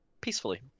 peacefully